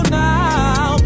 now